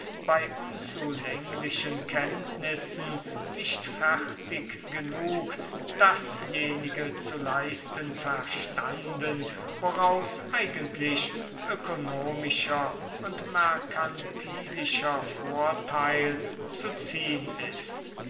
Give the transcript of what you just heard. bei unzulänglichen kenntnissen nicht fertig genug dasjenige zu leisten verstanden woraus eigentlich ökonomischer und merkantilischer vorteil zu ziehn ist